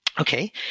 okay